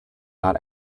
not